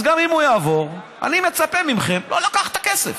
אז גם אם הוא יעבור אני מצפה מכם לא לקחת את הכסף.